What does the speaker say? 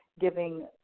Giving